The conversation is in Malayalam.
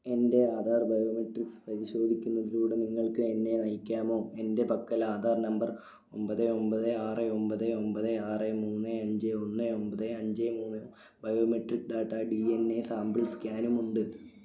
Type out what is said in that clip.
എൻ്റെ ആധാർ ബയോമെട്രിക്സ് പരിശോധിക്കുന്നതിലൂടെ നിങ്ങൾക്ക് എന്നെ നയിക്കാമോ എൻ്റെ പക്കൽ ആധാർ നമ്പർ ഒമ്പത് ഒമ്പത് ആറ് ഒമ്പത് ഒമ്പത് ആറ് മൂന്ന് അഞ്ച് ഒന്ന് ഒമ്പത് അഞ്ച് മൂന്ന് biometric data D N A sample സ്കാനും ഉണ്ട്